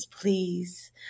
please